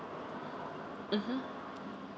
mmhmm